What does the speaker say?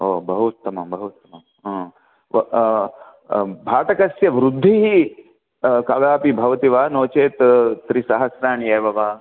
ओ बहु उत्तमं बहु उत्तमं प भाटकस्य वृद्धिः कदापि भवति वा नो चेत् त्रिसहस्राणि एव वा